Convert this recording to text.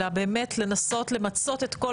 אלא באמת לנסות למצות את כל